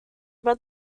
about